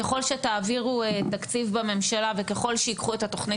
ככול שתעבירו תקציב בממשלה וככול שייקחו את התוכנית